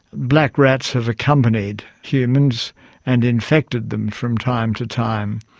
black rats have accompanied humans and infected them from time to time.